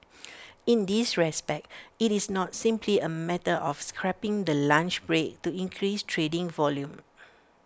in this respect IT is not simply A matter of scrapping the lunch break to increase trading volume